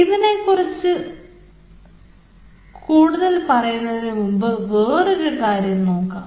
ഇതിനെക്കുറിച്ച് കൂടുതൽ പറയുന്നതിനു മുമ്പ് വേറൊരു കാര്യം നോക്കാം